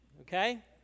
Okay